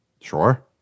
Sure